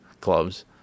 clubs